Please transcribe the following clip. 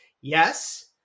Yes